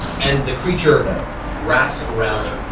and the creature wraps around you,